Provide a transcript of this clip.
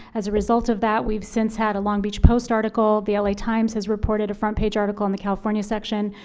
as a result of that, we've since had a long beach post article, the la times has reported a front page article in the california section.